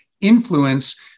influence